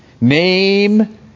name